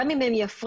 גם אם הן יפרידו,